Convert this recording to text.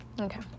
Okay